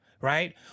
Right